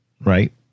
right